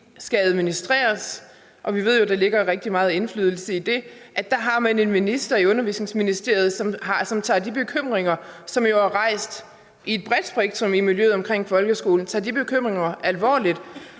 skal administreres – og vi ved jo, at der ligger rigtig meget indflydelse i det – så har man en minister i Undervisningsministeriet, som tager de bekymringer, som jo er rejst af et bredt spektrum i miljøet omkring folkeskolen, alvorligt;